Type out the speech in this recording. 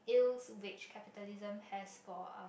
ills which capitalism has for our society